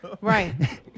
Right